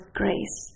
grace